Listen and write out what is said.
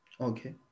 okay